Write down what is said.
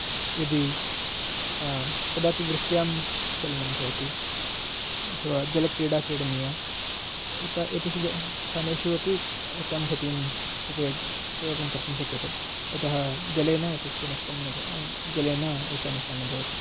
यदि कदापि वृष्ट्यां चलनं भवति अथवा जलक्रीडा क्रीडनीया एता एतेषु स्थानेषु अपि एतां घटीम् उपयोक् उपयोगं कर्तुं शक्यते यतः जलेन एतस्य नष्टं न भव जलेन एषा नष्टा न भवति